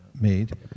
made